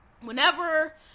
whenever